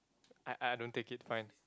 I I don't take it fine